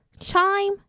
Chime